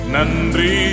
Nandri